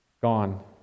gone